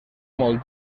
molt